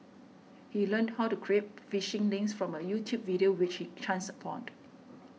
he learned how to create phishing links from a YouTube video which he chanced